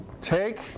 Take